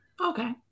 Okay